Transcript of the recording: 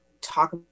talk